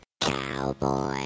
Cowboy